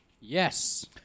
Yes